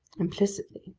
implicitly,